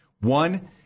One